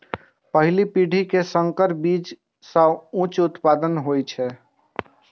पहिल पीढ़ी के संकर बीज सं उच्च उत्पादन होइ छै